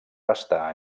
restar